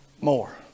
more